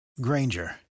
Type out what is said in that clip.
Granger